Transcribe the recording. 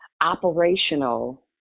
operational